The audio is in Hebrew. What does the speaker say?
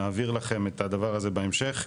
נעביר לכם את הדבר הזה בהמשך.